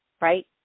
right